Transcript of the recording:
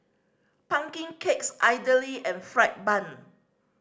pumpkin cakes idly and fried bun